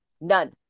None